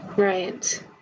Right